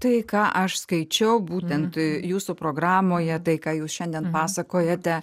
tai ką aš skaičiau būtent jūsų programoje tai ką jūs šiandien pasakojate